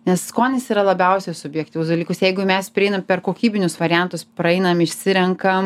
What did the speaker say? nes skonis yra labiausiai subjektyvus dalykus jeigu mes prieinam per kokybinius variantus praeinam išsirenkam